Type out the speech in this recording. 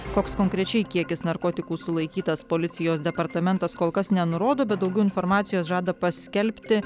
koks konkrečiai kiekis narkotikų sulaikytas policijos departamentas kol kas nenurodo bet daugiau informacijos žada paskelbti